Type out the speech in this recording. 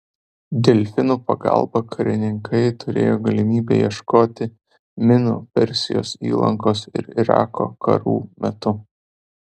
delfinų pagalba karininkai turėjo galimybę ieškoti minų persijos įlankos ir irako karų metu